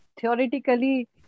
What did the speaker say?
theoretically